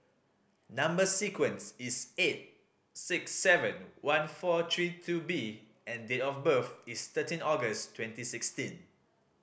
number sequence is eight six seven one four three two B and date of birth is thirteen August twenty sixteen